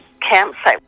campsite